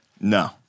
No